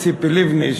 לציפי לבני,